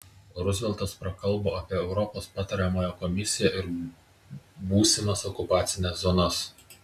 ruzveltas prakalbo apie europos patariamąją komisiją ir būsimas okupacines zonas